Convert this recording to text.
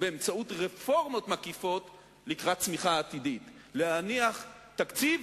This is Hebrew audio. באמצעות רפורמות מקיפות לקראת צמיחה עתידית; להניח תקציב